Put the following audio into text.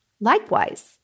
Likewise